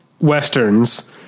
westerns